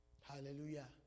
hallelujah